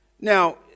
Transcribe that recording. Now